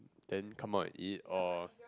then come out and eat or